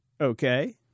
Okay